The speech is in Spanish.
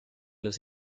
los